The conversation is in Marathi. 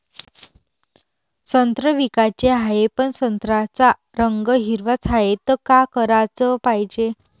संत्रे विकाचे हाये, पन संत्र्याचा रंग हिरवाच हाये, त का कराच पायजे?